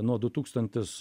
nuo du tūkstantis